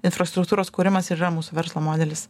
infrastruktūros kūrimas ir yra mūsų verslo modelis